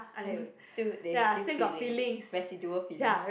还有 still there is still feelings residual feelings